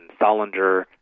Solinger